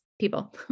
people